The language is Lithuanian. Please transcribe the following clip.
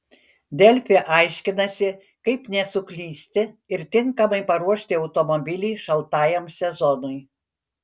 delfi aiškinasi kaip nesuklysti ir tinkamai paruošti automobilį šaltajam sezonui